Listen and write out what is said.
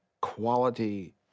quality